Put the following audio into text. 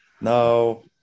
No